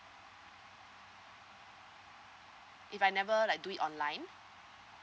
if I never like do it online